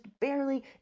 barely